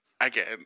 again